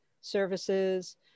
services